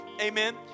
Amen